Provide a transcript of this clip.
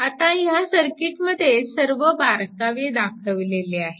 आता या सर्किट मध्ये सर्व बारकावे दाखविलेले आहेत